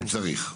צריך.